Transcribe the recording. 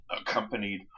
accompanied